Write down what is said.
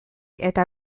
eta